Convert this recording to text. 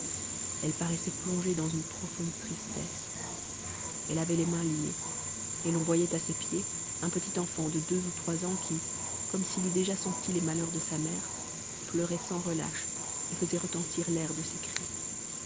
elle paraissait plongée dans une profonde tristesse elle avait les mains liées et l'on voyait à ses pieds un petit enfant de deux ou trois ans qui comme s'il eût dë à senti les malheurs de sa mère pleurait sans relâche et faisait retentir l'air de ses cri